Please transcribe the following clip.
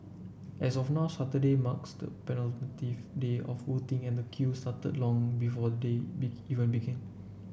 as of now Saturday marks the day of voting and queue started long before the day be even began